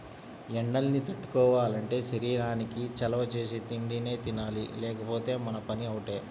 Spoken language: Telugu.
ఎండల్ని తట్టుకోవాలంటే శరీరానికి చలవ చేసే తిండినే తినాలి లేకపోతే మన పని అవుటే